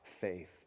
faith